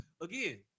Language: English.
Again